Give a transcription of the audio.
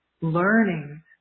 learning